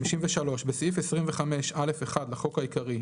53. בסעיף 25(א)(1) לחוק העיקרי,